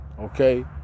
okay